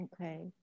okay